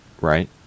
right